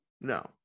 no